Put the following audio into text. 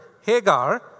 Hagar